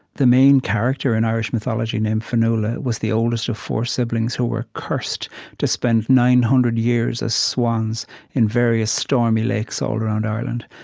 the main character in irish mythology, named fionnuala, was the oldest of four siblings who were cursed to spend nine hundred years as swans in various stormy lakes all around ireland.